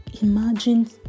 imagine